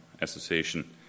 Association